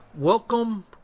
Welcome